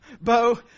Bo